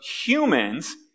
humans